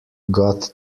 got